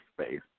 space